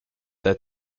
their